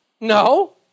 No